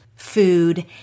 food